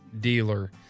dealer